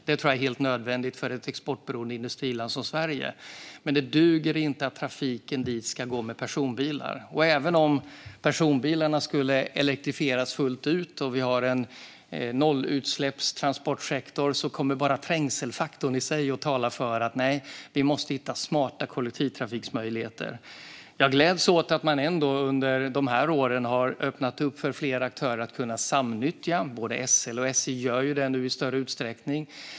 Det är helt nödvändigt för ett exportberoende industriland som Sverige. Men det duger inte att trafiken dit går med personbilar. Även om personbilarna elektrifieras fullt ut och vi har transportsektor med nollutsläpp kommer bara trängselfaktorn i sig att tala för att vi behöver hitta smarta kollektivtrafikmöjligheter. Jag gläds ändå över att man under de här åren har öppnat för fler aktörer att kunna samnyttja spåren. Både SL och SJ gör det i större utsträckning.